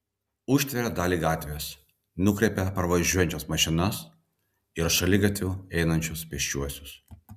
užtveria dalį gatvės nukreipia pravažiuojančias mašinas ir šaligatviu einančius pėsčiuosius